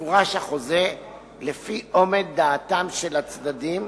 יפורש החוזה לפי אומד דעתם של הצדדים